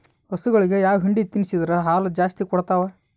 ಹಸುಗಳಿಗೆ ಯಾವ ಹಿಂಡಿ ತಿನ್ಸಿದರ ಹಾಲು ಜಾಸ್ತಿ ಕೊಡತಾವಾ?